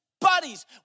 buddies